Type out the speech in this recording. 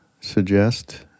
suggest